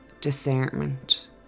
discernment